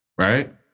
right